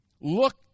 look